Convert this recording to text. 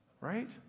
Right